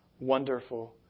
Wonderful